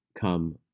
come